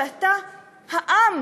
שאתה העם